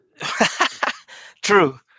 True